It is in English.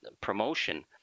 promotion